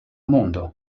mondo